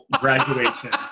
graduation